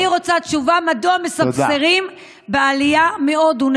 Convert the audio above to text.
אני רוצה תשובה מדוע מספסרים בעלייה מהודו.